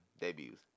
debuts